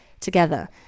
together